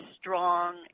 strong